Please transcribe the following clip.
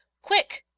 quick!